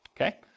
okay